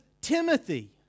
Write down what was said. Timothy